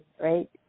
right